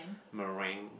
meringue